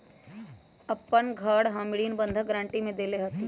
अपन घर हम ऋण बंधक गरान्टी में देले हती